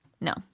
No